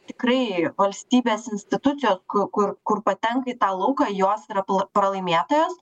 tikrai valstybės institucijos kur kur patenka į tą lauką jos yra pralaimėtojos